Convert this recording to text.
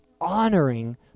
honoring